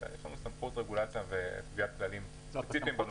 יש סמכות רגולציה וקביעת כללים גם בתחומים הללו.